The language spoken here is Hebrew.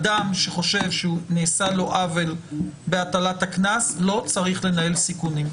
אדם שחושב שנעשה לו עוול בהטלת הקנס לא צריך לנהל סיכונים.